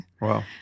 Wow